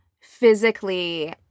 physically